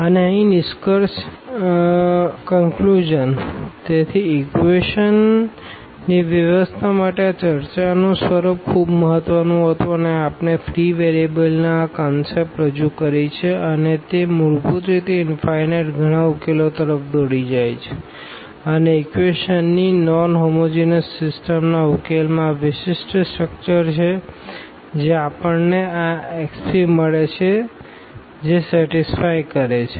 અને અહીં નિષ્કર્ષ તેથી ઇક્વેશનની વ્યવસ્થા માટે આ ચર્ચાનું સ્વરૂપ ખૂબ મહત્વનું હતું અને આપણે ફ્રી વેરિયેબલ્સ નો આ કોનસેપ્ટ રજૂ કરી છે અને તે મૂળભૂત રીતે ઇનફાઈનાઈટ ઘણા ઉકેલો તરફ દોરી જાય છે અને ઇક્વેશનની નોન હોમોજીનસ સીસ્ટમના ઉકેલમાં આ વિશિષ્ટ સ્ટ્રક્ચર છે જે આપણને આ x p મળે છે જે સેટીસફાઈ કરે છે